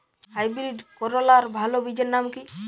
Hybrid করলার ভালো বীজের নাম কি?